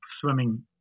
swimming